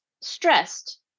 stressed